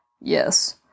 Yes